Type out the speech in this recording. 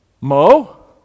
Mo